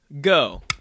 go